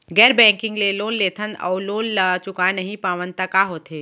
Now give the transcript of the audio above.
गैर बैंकिंग ले लोन लेथन अऊ लोन ल चुका नहीं पावन त का होथे?